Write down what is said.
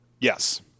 Yes